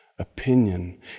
Opinion